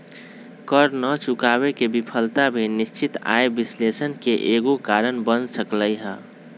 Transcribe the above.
कर न चुकावे के विफलता भी निश्चित आय विश्लेषण के एगो कारण बन सकलई ह